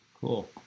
Cool